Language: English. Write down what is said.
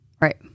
right